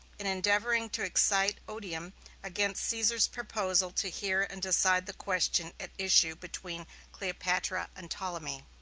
in endeavoring to excite odium against caesar's proposal to hear and decide the question at issue between cleopatra and ptolemy.